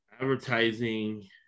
advertising